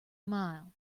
mile